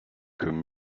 comme